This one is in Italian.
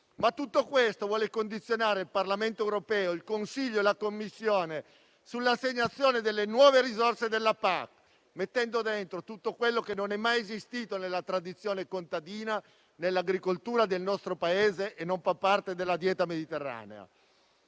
Tutto questo vuole condizionare il Parlamento europeo, il Consiglio e la Commissione sull'assegnazione delle nuove risorse della PAC, mettendo dentro tutto quello che non è mai esistito nella tradizione contadina e nell'agricoltura del nostro Paese e che non fa parte della dieta mediterranea.